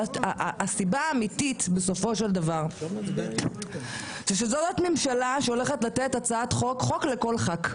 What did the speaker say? הסיבה האמיתית בסופו של דבר היא שזאת ממשלה שהולכת לתת חוק לכל ח"כ.